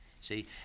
See